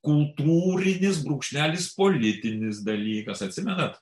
kultūrinis brūkšnelis politinis dalykas atsimenat